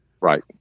Right